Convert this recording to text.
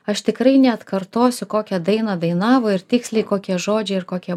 aš tikrai neatkartosiu kokią dainą dainavo ir tiksliai kokie žodžiai ir kokie